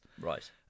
right